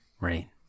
Right